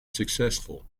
successful